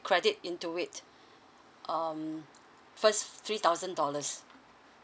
credit into it um first three thousand dollars